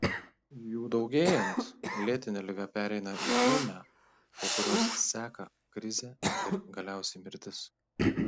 jų daugėjant lėtinė liga pereina į ūmią po kurios seka krizė ir galiausiai mirtis